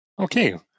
Okay